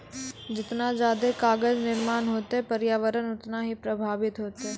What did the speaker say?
जतना जादे कागज निर्माण होतै प्रर्यावरण उतना ही प्रभाबित होतै